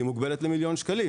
כי היא מוגבלת למיליון ₪.